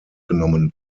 genommen